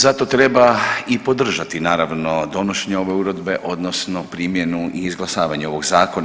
Zato treba i podržati naravno donošenje ove Uredbe, odnosno primjenu i izglasavanje ovog zakona.